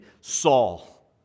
Saul